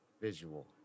visual